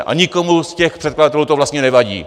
A nikomu z těch předkladatelů to vlastně nevadí!